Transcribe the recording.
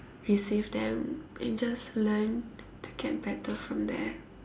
receive them and just learn to get better from there